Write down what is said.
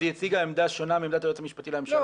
אז היא הציגה עמדה שונה מעמדת היועץ המשפטי לממשלה?